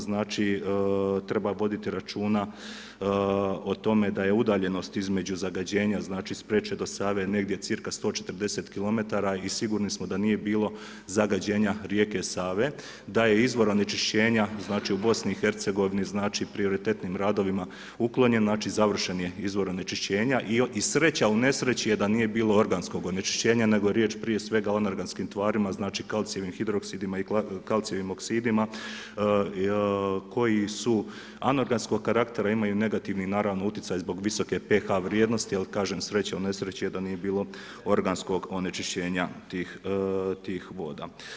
Znači, treba voditi računa o tome da je udaljenost između zagađenja, znači Spreče do Save negdje cca 140 km i sigurni smo da nije bilo zagađenja rijeke Save, da je izvor onečišćenja znači, u BIH, znači prioritetnim radovima uklonjen, znači, završen je izvor onečišćenja i sreća u nesreći je da nije bilo organskog onečišćenja nego je riječ prije svega o anorganskim tvarima znači, kalcijevim hidroksidima i kalcijevim oksidima koji su anorganskog karaktera, imaju negativni naravno utjecaj zbog visoke ph vrijednosti, ali kažem, sreća u nesreći je da nije bilo organskog onečišćenja tih voda.